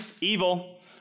evil